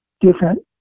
different